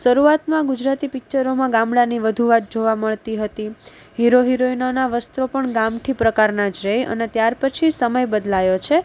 શરૂઆતમાં ગુજરાતી પિકચરોમાં ગામડાની વધુ વાત જોવા મળતી હતી હીરો હીરોઈનોના વસ્ત્રો પણ ગામઠી પ્રકારના જ રહે અને ત્યાર પછી સમય બદલાયો છે